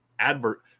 Advert